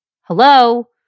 hello